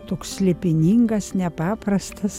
toks slėpiningas nepaprastas